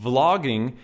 Vlogging